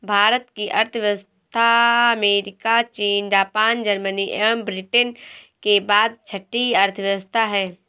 भारत की अर्थव्यवस्था अमेरिका, चीन, जापान, जर्मनी एवं ब्रिटेन के बाद छठी अर्थव्यवस्था है